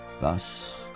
Thus